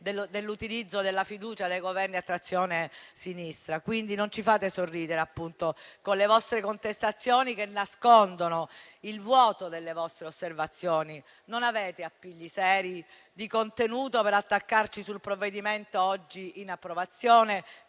dell'utilizzo della fiducia dei Governi a trazione sinistra. Non ci fate ridere con le vostre contestazioni, che nascondono il vuoto delle vostre osservazioni. Non avete appigli seri e di contenuto per attaccarci sul provvedimento oggi in approvazione